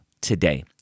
today